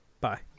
Bye